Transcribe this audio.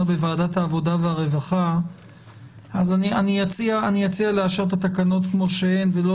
בוועדת העבודה והרווחה אז אני אציע לאשר את התקנות כמו שהן ולא